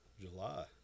july